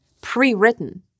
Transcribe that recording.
pre-written